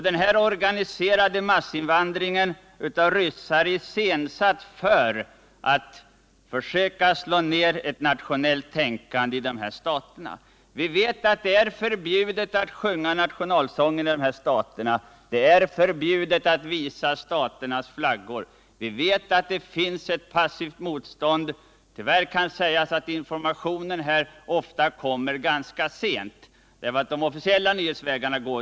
Denna organiserade massinvandring av ryssar är iscensatt för att försöka slå ner ett nationellt tänkande i dessa stater. Vi vet att det är förbjudet att sjunga nationalsången i de här staterna. Vi vet att det är förbjudet att visa staternas flaggor. Vi vet att det finns ett passivt motstånd. Men tyvärr måste sägas att informationen om dessa saker ofta kommer ganska sent, eftersom den inte kan ske genom de officiella nyhetsvägarna.